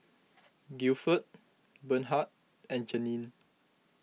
Guilford Bernhard and Janene